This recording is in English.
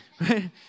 Right